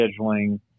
scheduling